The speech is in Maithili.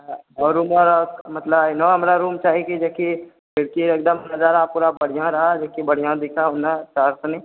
ओ रूममे मतलब एहन हमरा रूम चाही जेकि खिड़की एकदम नजारा पूरा बढ़िआँ रहए जेकि बढ़िआँ दिखऽ ओना तऽ कनि